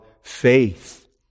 faith